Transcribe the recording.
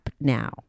now